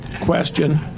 question